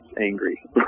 angry